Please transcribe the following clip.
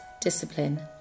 Discipline